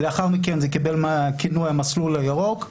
לאחר מכן זה קיבל את הכינוי המסלול הירוק.